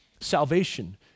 salvation